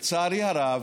לצערי הרב,